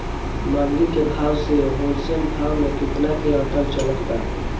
मंडी के भाव से होलसेल भाव मे केतना के अंतर चलत बा?